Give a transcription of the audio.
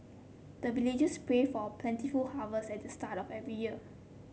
the villagers pray for plentiful harvest at the start of every year